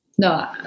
No